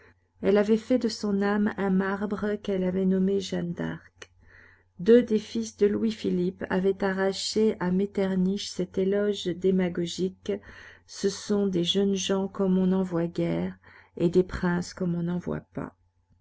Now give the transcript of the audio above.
elle avait fait de son âme un marbre qu'elle avait nommé jeanne d'arc deux des fils de louis-philippe avaient arraché à metternich cet éloge démagogique ce sont des jeunes gens comme on n'en voit guère et des princes comme on n'en voit pas